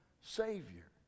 Savior